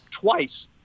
twice